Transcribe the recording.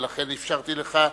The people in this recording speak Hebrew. לכן אפשרתי לך.